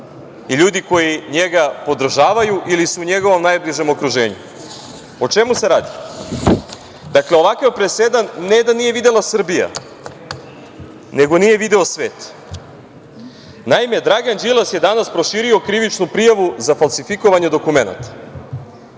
i ljudi koji njega podržavaju ili su u njegovom najbližem okruženju.O čemu se radi? Dakle, ovakav presedan ne da nije videla Srbije, nego nije video svet. Naime, Dragan Đilas je danas proširio krivičnu prijavu za falsifikovanje dokumenata.